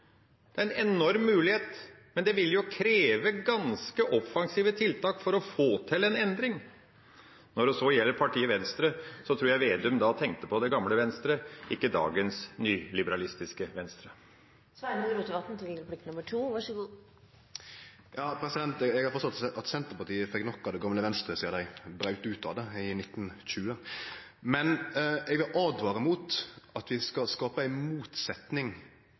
det er en enorm ressurs. Det er en enorm ressurs som vi må bruke – en enorm mulighet – men det vil kreve ganske offensive tiltak å få til en endring. Når det så gjelder partiet Venstre, tror jeg Slagsvold Vedum tenkte på det gamle Venstre, ikke dagens nyliberalistiske Venstre. Eg har forstått at Senterpartiet fekk nok av det gamle Venstre, sidan dei braut ut av det i 1920. Eg vil åtvare mot at vi skal skape ei motsetning